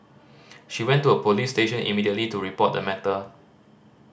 she went to a police station immediately to report the matter